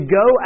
go